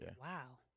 Wow